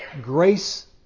grace